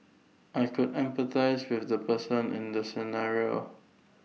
I could empathise with the person in the scenario